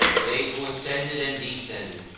they who ascended and descended,